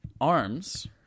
ARMS